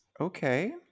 Okay